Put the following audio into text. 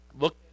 Look